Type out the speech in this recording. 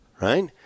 right